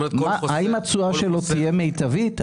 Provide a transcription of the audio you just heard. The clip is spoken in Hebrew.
האם התשואה שלו תהיה מיטבית?